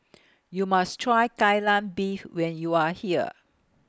YOU must Try Kai Lan Beef when YOU Are here